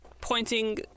pointing